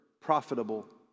profitable